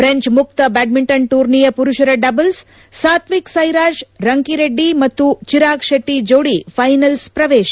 French ಮುಕ್ತ badminton ಟೂರ್ನಿಯ ಪುರುಷರ ಡಬಲ್ಸ್ ಸಾತ್ವಿಕ್ ಸೈರಾಜ್ ರಂಕಿ ರೆಡ್ಡಿ ಮತ್ತು ಚಿರಾಗ್ ಶೆಟ್ಲ ಜೋಡಿ ಫೈನಲ್ಲ್ ಪ್ರವೇತ